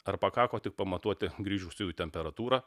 ar pakako tik pamatuoti grįžusiųjų temperatūrą